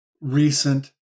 recent